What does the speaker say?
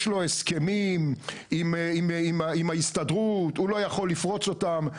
יש לו הסכמים עם ההסתדרות הוא לא יכול לפרוץ אותם,